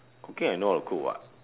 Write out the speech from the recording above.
cooking I know how to cook [what]